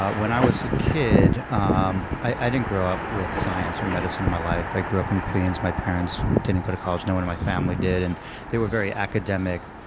when i was a kid, ah um i didn't grow up with science or medicine in my life. i grew up in queens. my parents didn't go to college. no one in my family did. and they were very academic-supportive